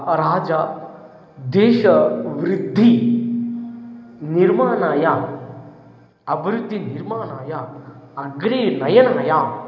राजा देशवृद्धिनिर्माणाय अभिवृद्धिनिर्माणाय अग्रे नयनाय